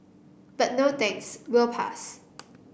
but no thanks we'll pass